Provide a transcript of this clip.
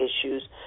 issues